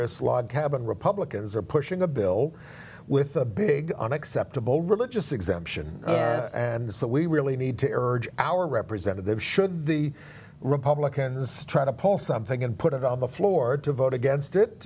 s log cabin republicans are pushing a bill with a big unacceptable religious exemption and so we really need to urge our representatives should the republicans try to pull something and put it on the floor to vote against it